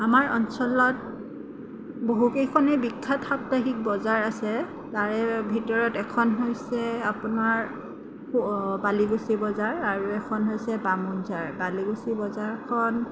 আমাৰ অঞ্চলত বহুকেইখনেই বিখ্যাত সপ্তাহিক বজাৰ আছে তাৰে ভিতৰত এখন হৈছে আপোনাৰ বালিকুচি বজাৰ আৰু এখন হৈছে বামুনঝাৰ বালিকুচি বজাৰখন